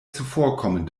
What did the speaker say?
zuvorkommend